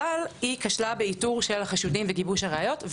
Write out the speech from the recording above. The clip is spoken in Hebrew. אבל היא כשלה באיתור של החשודים וגיבוש הראיות,